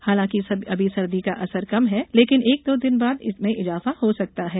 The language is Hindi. हालांकि अभी सर्दी का असर कम है लेकिन एक दो दिन बाद इसमें इजाफा हो सकता है